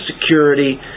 security